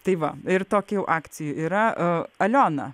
tai va ir tokių akcijų yra aliona